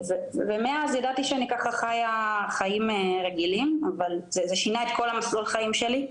מאז ידעתי שאני חיה חיים רגילים אבל זה שינה את כל מסלול החיים שלי,